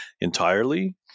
entirely